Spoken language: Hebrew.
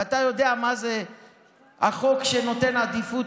ואתה יודע מה זה החוק שנותן עדיפות,